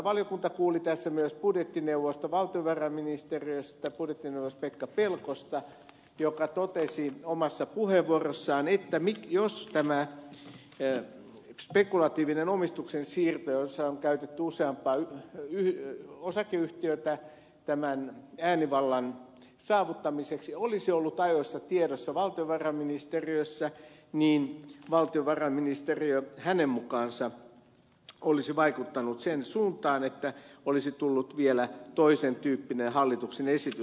valiokunta kuuli tässä myös valtiovarainministeriöstä budjettineuvos pekka pelkosta joka totesi omassa puheenvuorossaan että jos tämä spekulatiivinen omistuksen siirto jossa on käytetty useampaa osakeyhtiötä äänivallan saavuttamiseksi olisi ollut ajoissa tiedossa valtiovarainministeriössä niin valtiovarainministeriö hänen mukaansa olisi vaikuttanut sen suuntaan että olisi tullut vielä toisen tyyppinen hallituksen esitys